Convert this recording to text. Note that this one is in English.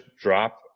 drop